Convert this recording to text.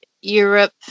Europe